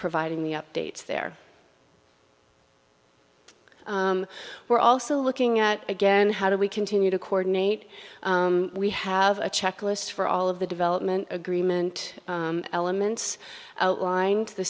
providing the updates there we're also looking at again how do we continue to coordinate we have a checklist for all of the development agreement elements outlined t